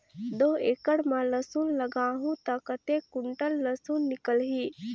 दो एकड़ मां लसुन लगाहूं ता कतेक कुंटल लसुन निकल ही?